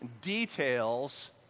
details